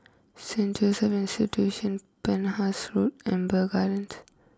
Saint Joseph Institution Penhas Road Amber Gardens